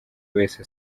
wese